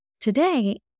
Today